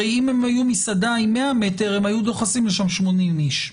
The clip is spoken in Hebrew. הרי אם הם היו מסעדה עם 100 מטר הם היו דוחסים לשם 80 איש,